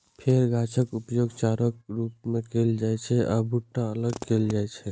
फेर गाछक उपयोग चाराक रूप मे कैल जाइ छै आ भुट्टा अलग कैल जाइ छै